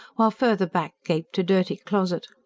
while further back gaped a dirty closet.